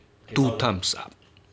two thumbs up